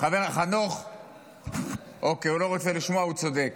חנוך אוקיי, הוא לא רוצה לשמוע, הוא צודק.